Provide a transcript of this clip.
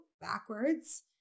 backwards